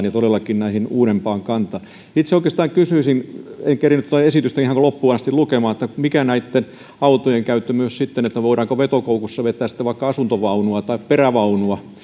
ja todellakin uudempaan kantaan itse oikeastaan kysyisin en kerennyt tuota esitystä ihan loppuun asti lukea minkälainen on näitten autojen käyttö voidaanko vetokoukussa vetää vaikka asuntovaunua tai perävaunua